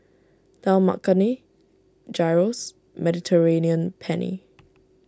Dal Makhani Gyros Mediterranean Penne